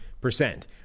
percent